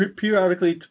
periodically